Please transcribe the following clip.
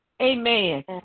Amen